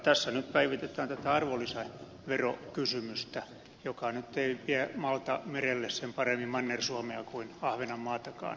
tässä nyt päivitetään tätä arvonlisäverokysymystä joka nyt ei vie maalta merelle sen paremmin manner suomea kuin ahvenanmaatakaan